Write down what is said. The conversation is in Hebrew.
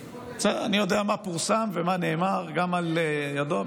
אני יודע מה פורסם ומה נאמר גם על ידו,